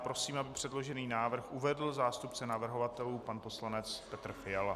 Prosím, aby předložený návrh uvedl zástupce navrhovatelů pan poslanec Petr Fiala.